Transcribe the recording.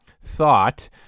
thought